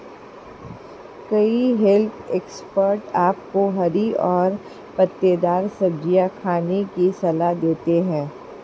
कई health expert आपको हरी और पत्तेदार सब्जियां खाने की सलाह देते हैं